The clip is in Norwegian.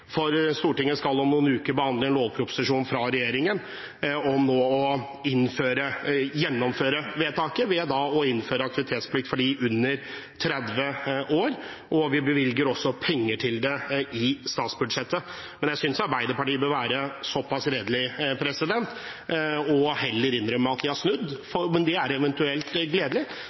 for Stortinget skal om noen uker behandle en lovproposisjon fra regjeringen om å gjennomføre vedtaket ved å innføre aktivitetsplikt for dem under 30 år, og vi bevilger også penger til det i statsbudsjettet. Men jeg synes Arbeiderpartiet bør være såpass redelig at de heller innrømmer at de har snudd. Det er eventuelt gledelig,